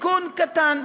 תיקון קטן,